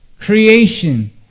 creation